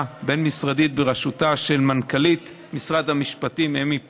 בין-משרדית בראשותה של מנכ"לית משרד המשפטים אמי פלמור,